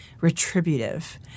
retributive